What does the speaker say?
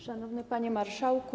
Szanowny Panie Marszałku!